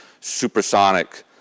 supersonic